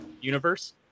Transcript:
universe